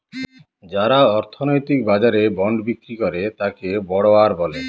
যারা অর্থনৈতিক বাজারে বন্ড বিক্রি করে তাকে বড়োয়ার বলে